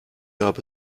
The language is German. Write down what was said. gab